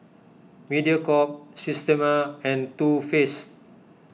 Mediacorp Systema and Too Faced